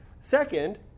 Second